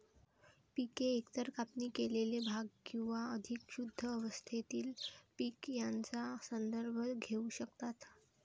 पिके एकतर कापणी केलेले भाग किंवा अधिक शुद्ध अवस्थेतील पीक यांचा संदर्भ घेऊ शकतात